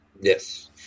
Yes